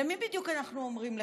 למי בדיוק אנחנו אומרים לחכות,